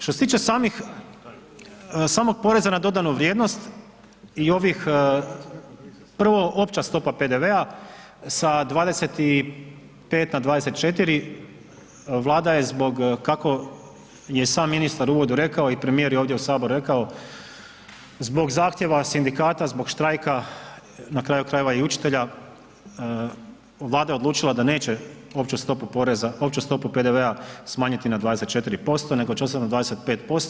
Što se tiče samih, samog poreza na dodanu vrijednost i ovih prvo opća stopa PDV-a sa 25 na 24 Vlada je zbog kako je sam ministar u uvodu rekao i premijer je ovdje u saboru rekao, zbog zahtjeva sindikata, zbog štrajka na kraju krajeva i učitelja, Vlada je odlučila da neće opću stopu poreza, opću stopu PDV smanjiti na 24% nego će ostati na 25%